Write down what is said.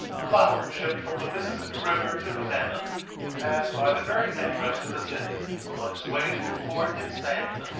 flour shipped from the mississippi river to havana can pass by the very entrance to the city on its way to a port in spain,